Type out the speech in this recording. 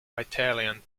italian